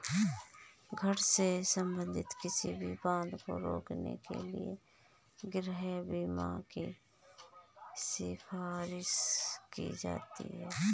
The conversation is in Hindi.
घर से संबंधित किसी भी बाधा को रोकने के लिए गृह बीमा की सिफारिश की जाती हैं